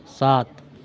सात